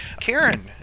karen